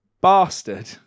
bastard